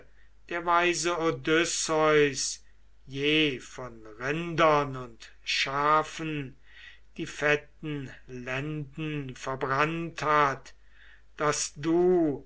der weise odysseus je von rindern und schafen die fetten lenden verbrannt hat daß du